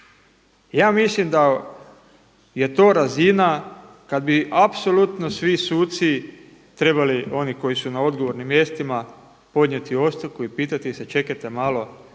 Ja mislim da je to razina kada bi apsolutno svi suci trebali oni koji su na odgovornim mjestima podnijeti ostavku i pitati se, čekajte malo